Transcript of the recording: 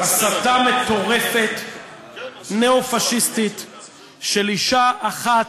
הסתה מטורפת ניאו-פאשיסטית של אישה אחת,